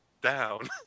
down